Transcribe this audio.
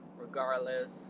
regardless